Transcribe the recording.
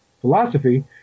philosophy